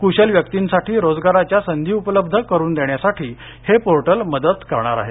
क्शल व्यक्तींसाठी रोजगाराच्या संधी उपलब्ध करून देण्यासाठी हे पोर्टल मदत करणार आहे